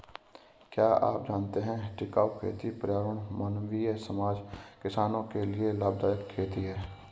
क्या आप जानते है टिकाऊ खेती पर्यावरण, मानवीय समाज, किसानो के लिए लाभदायक खेती है?